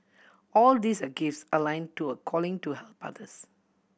all these are gifts align to a calling to help others